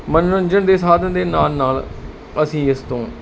ਮਨੋਰੰਜਨ ਦੇ ਸਾਧਨ ਦੇ ਨਾਲ ਨਾਲ ਅਸੀਂ ਇਸ ਤੋਂ